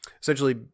essentially